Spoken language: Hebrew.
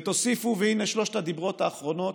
ותוסיפו, והינה שלושת הדיברות האחרונים,